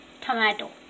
tomato